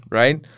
right